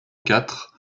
quatre